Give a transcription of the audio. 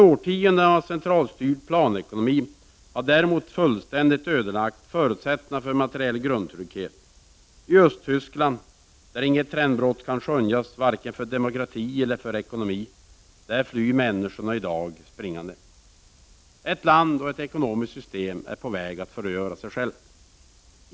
Årtionden av centralstyrd planekonomi har däremot fullständigt ödelagt förutsättningarna för materiell grundtrygghet. I Östtyskland, där inget trendbrott kan skönjas, varken för demokrati eller för ekonomi, flyr människorna i dag springande. Ett land och ett ekonomiskt system är på väg att förgöra sig själva.